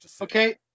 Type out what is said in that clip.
Okay